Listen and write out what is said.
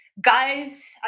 guys